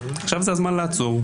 עכשיו זה הזמן לעצור,